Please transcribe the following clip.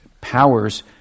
powers